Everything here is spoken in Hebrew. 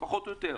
פחות או יותר.